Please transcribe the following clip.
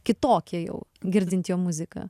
kitokie jau girdint jo muziką